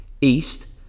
east